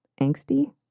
angsty